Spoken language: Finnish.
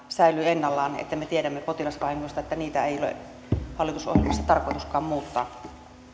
säilyy ennallaan että me tiedämme potilasvahingoista niitä ei ole hallitusohjelmassa tarkoituskaan muuttaa